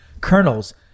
kernels